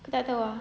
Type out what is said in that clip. aku tak tahu ah